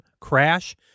Crash